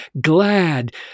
glad